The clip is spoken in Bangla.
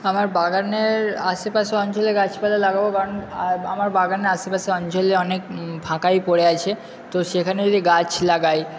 আমার বাগানের আশেপাশে অঞ্চলে গাছপালা লাগাব কারণ আমার বাগানের আশেপাশে অঞ্চলে অনেক ফাঁকাই পড়ে আছে তো সেখানে যদি গাছ লাগাই